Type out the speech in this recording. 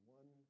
one